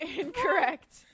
Incorrect